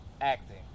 acting